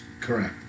Correct